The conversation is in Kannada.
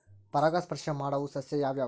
ಪರಾಗಸ್ಪರ್ಶ ಮಾಡಾವು ಸಸ್ಯ ಯಾವ್ಯಾವು?